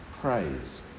praise